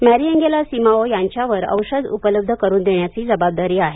Mariangela Simao यांच्यावर औषधं उपलब्ध करुन देण्याची जबाबदारी आहे